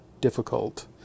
difficult